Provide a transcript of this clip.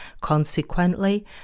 consequently